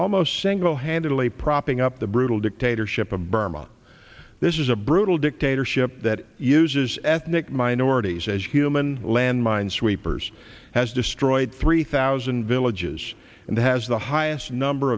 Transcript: almost single handedly propping up the brutal dictatorship of burma this is a brutal dictatorship that uses ethnic minorities as human land mine sweepers has destroyed three thousand villages and has the highest number